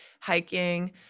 hiking